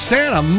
Santa